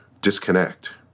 disconnect